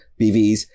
BVs